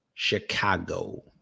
chicago